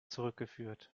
zurückgeführt